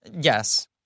Yes